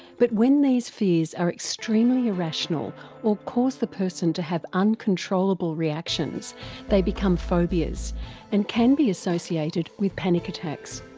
but when these fears are extremely irrational or cause the person to have uncontrollable reactions they become phobias and can be associated with panic attacks.